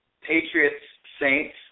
Patriots-Saints